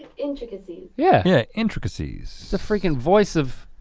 intricacies. yeah. yeah, intricacies. the freakin' voice of